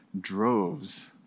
droves